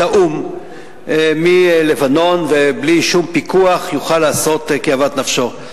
האו"ם מלבנון ובלי שום פיקוח יוכל לעשות כאוות נפשו.